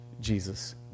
Jesus